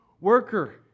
worker